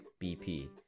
BP